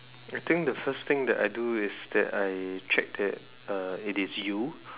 I think the first thing that I do is that I check that uh it is you